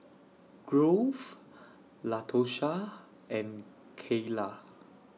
Grove Latosha and Keila